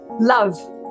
love